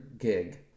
gig